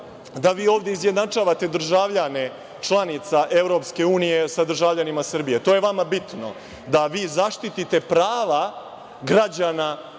da vi ovde izjednačavate državljane članica EU sa državljanima Srbije. To je vama bitno, da vi zaštite prava građana drugih